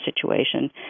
situation